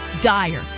dire